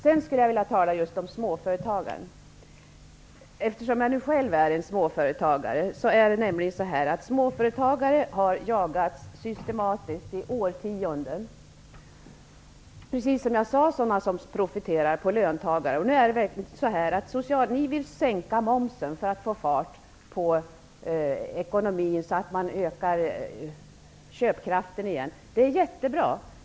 Sedan vill jag tala om småföretagen, eftersom jag själv är en småföretagare. Småföretagare har jagats systematiskt i årtionden och anses, precis som jag sade, profitera på löntagare. Ni vill sänka momsen för att få fart på ekonomin så att köpkraften ökar igen. Det är jättebra.